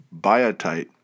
biotite